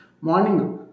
Morning